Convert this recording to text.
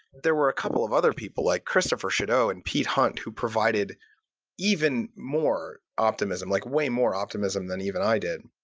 there were a couple of other people like christopher chedeau and pete hunt who provide even more optimism, like way more optimism than even i did.